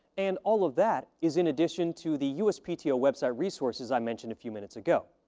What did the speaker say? and all of that is in addition to the uspto website resources i mentioned a few minutes ago.